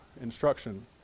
instruction